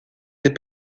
des